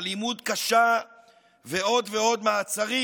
אלימות קשה ועוד ועוד מעצרים.